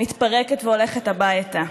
מתפרקת והולכת הביתה.